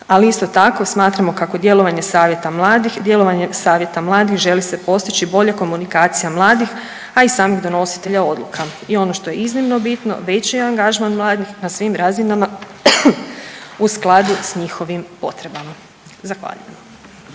savjeta mladih, djelovanje savjeta mladih želi se postići bolja komunikacija mladih, a i samih donositelja odluka i ono što je iznimno bitno, veći je angažman mladih na svim razinama u skladu s njihovim potrebama. Zahvaljujem.